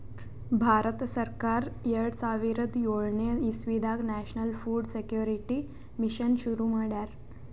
ಭಾರತ ಸರ್ಕಾರ್ ಎರಡ ಸಾವಿರದ್ ಯೋಳನೆ ಇಸವಿದಾಗ್ ನ್ಯಾಷನಲ್ ಫುಡ್ ಸೆಕ್ಯೂರಿಟಿ ಮಿಷನ್ ಶುರು ಮಾಡ್ಯಾರ್